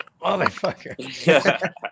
motherfucker